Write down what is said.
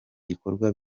gikorwa